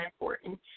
important